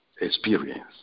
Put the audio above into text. experience